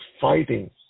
fighting